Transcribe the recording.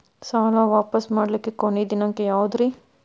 ಸಾಲಾ ವಾಪಸ್ ಮಾಡ್ಲಿಕ್ಕೆ ಕೊನಿ ದಿನಾಂಕ ಯಾವುದ್ರಿ?